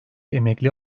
emekli